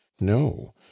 no